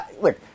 look